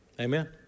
Amen